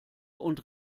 und